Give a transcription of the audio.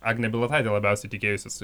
agnė bilotaitė labiausiai tikėjusis